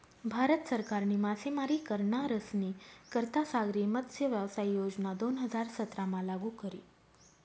भारत सरकारनी मासेमारी करनारस्नी करता सागरी मत्स्यव्यवसाय योजना दोन हजार सतरामा लागू करी